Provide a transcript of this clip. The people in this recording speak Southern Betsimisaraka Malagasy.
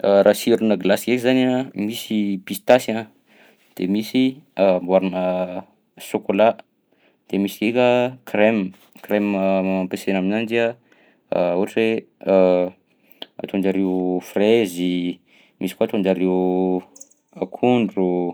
Raha sirona gilasy ndraika zany a, misy pistasy a de misy amboarina sôkôla, de misy ndraika crème, crème ampiasaina aminanjy ohatra hoe ataon-jareo fraizy, misy koa ataon-jareo akondro.